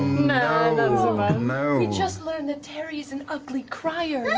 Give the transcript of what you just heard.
and and you know just learned that tary's an ugly crier.